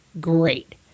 great